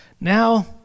Now